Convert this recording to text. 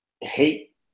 hate